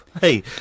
Hey